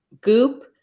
Goop